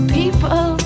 people